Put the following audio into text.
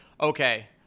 Okay